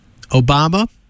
Obama